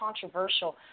controversial